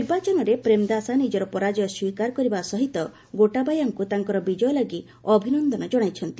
ନିର୍ବାଚନରେ ପ୍ରେମଦାଶା ନିଜର ପରାଜୟ ସ୍ୱୀକାର କରିବା ସହିତ ଗୋଟାବାୟାଙ୍କୁ ତାଙ୍କର ବିଜୟ ଲାଗି ଅଭିନନ୍ଦନ କଣାଇଛନ୍ତି